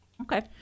Okay